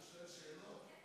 אתה שואל שאלות?